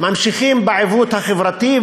ממשיכים בעיוות החברתי.